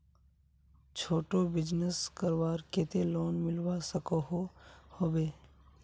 छोटो बिजनेस करवार केते लोन मिलवा सकोहो होबे?